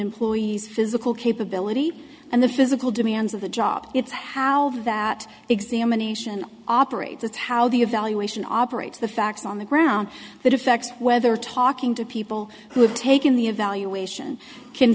employee's physical capability and the physical demands of the job it's how that examination operates how the evaluation operates the facts on the ground that effects whether talking to people who have taken the evaluation can